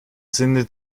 sinne